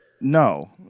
No